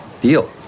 Deal